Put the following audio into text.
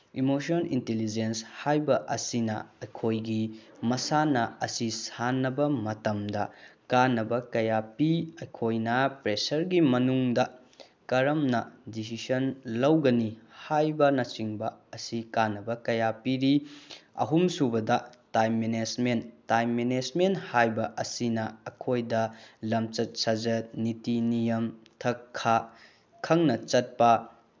emotional intelligence ꯍꯥꯏꯕ ꯑꯁꯤꯅ ꯑꯩꯈꯣꯏꯒꯤ ꯃꯁꯥꯟꯅ ꯑꯁꯤ ꯁꯥꯟꯅꯕ ꯃꯇꯝꯗ ꯀꯥꯅꯕ ꯀꯌꯥ ꯄꯤ ꯑꯩꯈꯣꯏꯅ ꯄ꯭ꯔꯦꯁꯔꯒꯤ ꯃꯅꯨꯡꯗ ꯀꯔꯝꯅ ꯗꯤꯁꯤꯁꯟ ꯂꯧꯒꯅꯤ ꯍꯥꯏꯕꯅꯆꯤꯡꯕ ꯑꯁꯤ ꯀꯥꯟꯅꯕ ꯀꯌꯥ ꯄꯤꯔꯤ ꯑꯍꯨꯝꯁꯨꯕꯗ ꯇꯥꯏꯝ ꯃꯦꯅꯦꯁꯃꯦꯟ ꯇꯥꯏꯝ ꯃꯦꯅꯦꯁꯃꯦꯟ ꯍꯥꯏꯕ ꯑꯁꯤꯅ ꯑꯩꯈꯣꯏꯗ ꯂꯝꯆꯠ ꯁꯥꯖꯠ ꯅꯤꯇꯤ ꯅꯤꯌꯝ ꯊꯛ ꯈꯥ ꯈꯪꯅ ꯆꯠꯄ